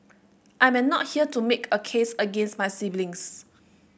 I am not here to make a case against my siblings